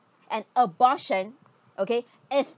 an abortion okay